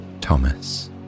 Thomas